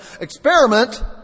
experiment